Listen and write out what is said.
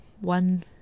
one